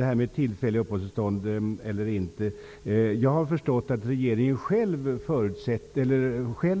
Herr talman! Jag har förstått att regeringen